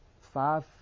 five